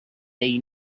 they